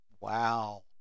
Wow